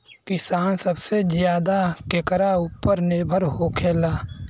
किसान सबसे ज्यादा केकरा ऊपर निर्भर होखेला?